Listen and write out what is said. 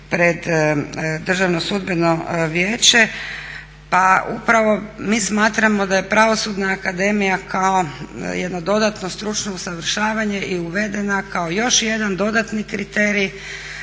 pred Državno sudbeno vijeće. Pa upravo mi smatramo da je Pravosudna akademija kao jedno dodatno stručno usavršavanje uvedena kao još jedan dodatni kriterij